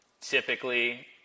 typically